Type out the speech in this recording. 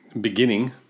beginning